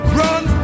run